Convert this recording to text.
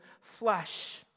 flesh